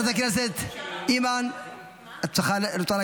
אני רוצה לשמוע מה השר עונה.